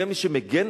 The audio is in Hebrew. זה מי שמגן.